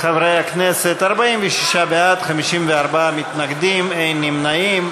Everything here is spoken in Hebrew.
חברי הכנסת, 46 בעד, 54 מתנגדים, אין נמנעים.